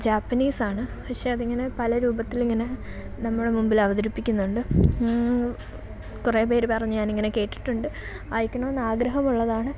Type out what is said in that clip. ജാപ്പനീസാണ് പക്ഷേ അതിങ്ങനെ പല രൂപത്തിലിങ്ങനെ നമ്മുടെ മുമ്പില് അവതരിപ്പിക്കുന്നുണ്ട് കുറെ പേര് പറഞ്ഞ് ഞാനിങ്ങനെ കേട്ടിട്ടുണ്ട് വായിക്കണമമെന്ന് ആഗ്രഹമുള്ളതാണ്